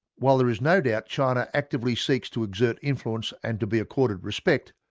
while there is no doubt china actively seeks to exert influence and to be accorded respect,